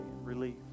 relief